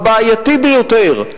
הבעייתי ביותר,